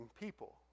people